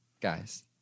guys